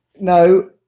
no